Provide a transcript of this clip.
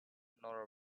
nor